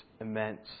immense